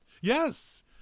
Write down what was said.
Yes